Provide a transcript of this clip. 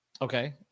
Okay